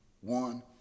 one